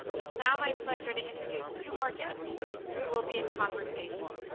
it's now my pleasure to introduce two more guests who will be in conversation.